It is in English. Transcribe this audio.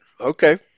Okay